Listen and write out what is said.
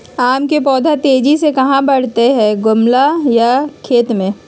आम के पौधा तेजी से कहा बढ़य हैय गमला बोया खेत मे?